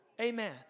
Amen